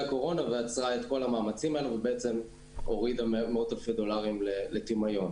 הקורונה ועצרה את כל המאמצים הללו והורידה מאות אלפי דולרים לטמיון.